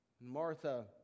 Martha